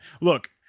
Look